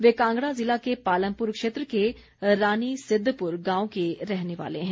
वे कांगड़ा ज़िला के पालमपुर क्षेत्र के रानी सिद्धपुर गांव के रहने वाले हैं